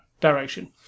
direction